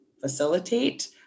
facilitate